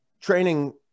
training